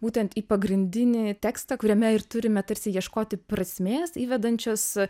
būtent į pagrindinį tekstą kuriame ir turime tarsi ieškoti prasmės įvedančios